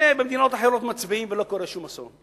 הנה, במדינות אחרות מצביעים, ולא קורה שום אסון.